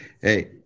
Hey